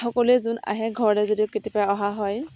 সকলোৱে যোন আহে ঘৰতে যদিও কেতিয়াবা অহা হয়